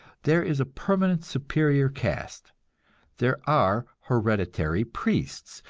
there is a permanent superior caste there are hereditary priests,